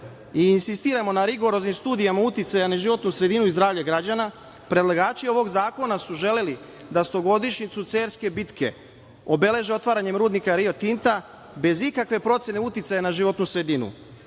i insistiramo na rigoroznim studijama o uticaja na životnu sredinu i zdravlje građana, predlagači ovog zakona su želeli da stogodišnjicu Cerske bitke obeleže otvaranjem rudnika Rio Tinta bez ikakve procene uticaja na životnu sredinu. Moji